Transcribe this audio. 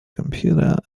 computer